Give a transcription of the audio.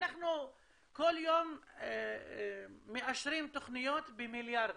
אנחנו כל יום מאשרים תוכניות במיליארדים,